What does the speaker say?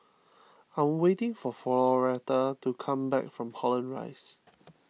I am waiting for Floretta to come back from Holland Rise